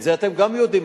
ואת זה אתם גם יודעים,